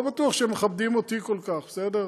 ולא בטוח שהם מכבדים אותי כל כך, בסדר?